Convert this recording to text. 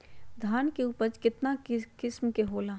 धान के उपज केतना किस्म के होला?